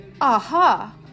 aha